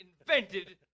invented